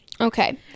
okay